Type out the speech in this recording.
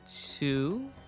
two